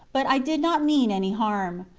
but i did not mean any harm.